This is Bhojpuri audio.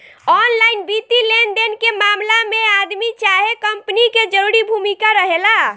ऑनलाइन वित्तीय लेनदेन के मामला में आदमी चाहे कंपनी के जरूरी भूमिका रहेला